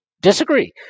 Disagree